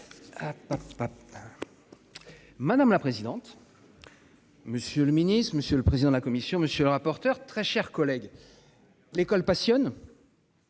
Madame la présidente. Monsieur le Ministre, monsieur le président de la commission. Monsieur le rapporteur. Très chers collègues. L'école passionne.